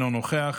אינו נוכח,